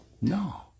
No